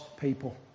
people